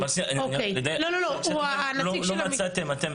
לא מצאתם אתם,